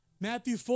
Matthew